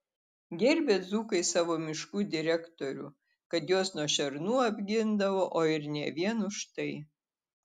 gerbė dzūkai savo miškų direktorių kad juos nuo šernų apgindavo o ir ne vien už tai